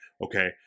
okay